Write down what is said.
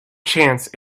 chance